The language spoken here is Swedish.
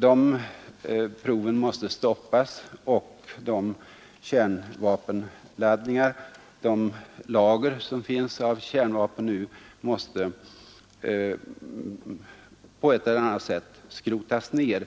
som nu pågår måste stoppas, och de lager av kärnvapen som nu finns måste på ett eller annat sätt skrotas ned.